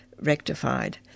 rectified